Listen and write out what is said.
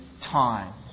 time